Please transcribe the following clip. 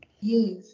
Yes